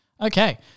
Okay